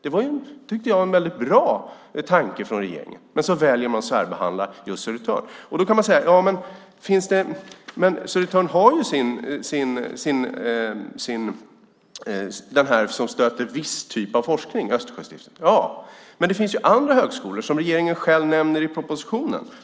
Det tycker jag var en bra tanke från regeringen, men sedan väljer man att särbehandla just Södertörn. Då kan man säga: Södertörn har ju Östersjöstiftelsen som stöder viss typ av forskning. Jo, men det finns ju andra högskolor som regeringen själv nämner i propositionen.